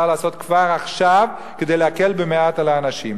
לעשות כבר עכשיו כדי להקל במעט על האנשים.